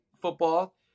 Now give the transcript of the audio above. football